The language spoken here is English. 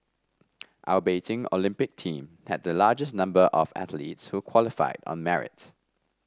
our Beijing Olympic team had the largest number of athletes who qualified on merits